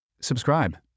Subscribe